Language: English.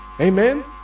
Amen